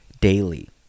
daily